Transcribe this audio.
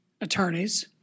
attorneys